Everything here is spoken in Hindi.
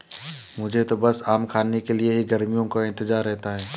मुझे तो बस आम खाने के लिए ही गर्मियों का इंतजार रहता है